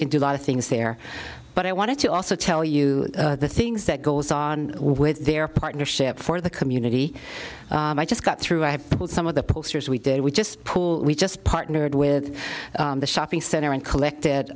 can do a lot of things there but i want to also tell you the things that goes on with their partnership for the community i just got through i have some of the posters we did we just pool we just partnered with the shopping center and collected